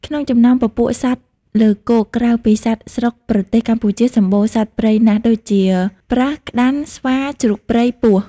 ក្នុងចំណោមពពួកសត្វលើគោកក្រៅពីសត្វស្រុកប្រទេសកម្ពុជាសម្បូរសត្វព្រៃណាស់ដូចជាប្រើស ក្តាន់ ស្វា ជ្រូកព្រៃ ពស់។